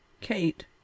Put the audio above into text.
Kate